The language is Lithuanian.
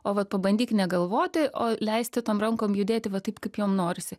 o vat pabandyk negalvoti o leisti tom rankom judėti va taip kaip jom norisi